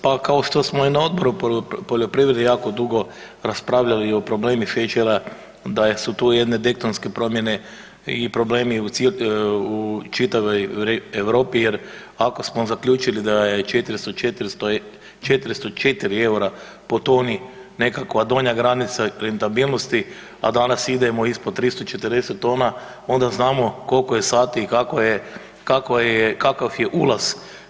Pa kao što smo i na Odboru poljoprivrede jako dugo raspravljali o problemu šećera da su tu jedne dektonske promjene i problemi u čitavoj Europi jer ako smo zaključili da je 404 EUR-a po toni nekakva donja granica rentabilnosti, a danas idemo ispod 340 tona onda znamo kolko je sati i kakva je, kakva je, kakav je ulaz.